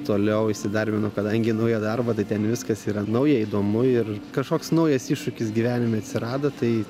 toliau įsidarbinau kadangi į naują darbą tai ten viskas yra nauja įdomu ir kažkoks naujas iššūkis gyvenime atsirado tai